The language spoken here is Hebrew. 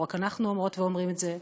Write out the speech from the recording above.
לא רק אנחנו אומרות ואומרים את זה,